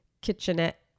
kitchenette